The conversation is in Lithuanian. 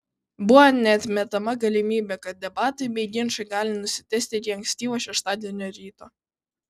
buvo neatmetama galimybė kad debatai bei ginčai gali nusitęsti iki ankstyvo šeštadienio ryto